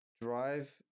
Drive